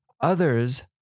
others